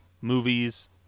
Movies